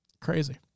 crazy